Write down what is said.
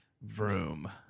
Vroom